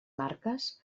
marques